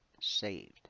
saved